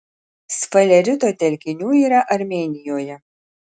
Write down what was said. sfalerito telkinių yra armėnijoje